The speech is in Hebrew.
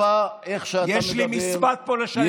חרפה איך שאתה מדבר, יש לי משפט פה לסיים.